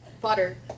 Butter